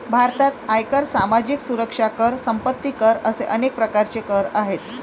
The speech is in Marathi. भारतात आयकर, सामाजिक सुरक्षा कर, संपत्ती कर असे अनेक प्रकारचे कर आहेत